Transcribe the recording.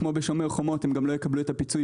כמו בשומר חומות גם לא יקבלו את הפיצוי